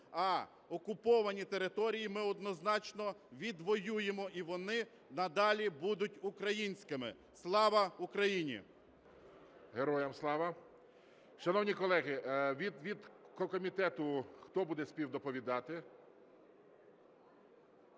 а окуповані території ми однозначно відвоюємо і вони надалі будуть українськими. Слава Україні! ГОЛОВУЮЧИЙ. Героям слава! Шановні колеги, від комітету хто буде співдоповідати?